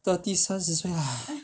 thirty 三十岁